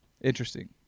interesting